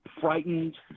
frightened